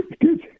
Good